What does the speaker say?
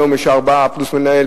היום יש ארבעה פלוס מנהל,